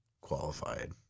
qualified